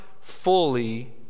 fully